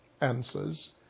answers